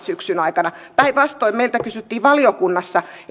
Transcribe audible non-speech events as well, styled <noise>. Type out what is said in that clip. <unintelligible> syksyn aikana hallitukselta saaneet päinvastoin meiltä kysyttiin valiokunnassa